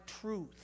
truth